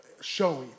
showing